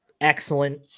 excellent